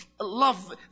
love